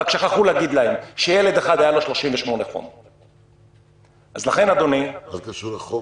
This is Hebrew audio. רק שכחו להגיד שלילד אחד היה חום 38. מה זה קשור לחום?